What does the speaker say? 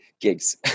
gigs